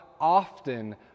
often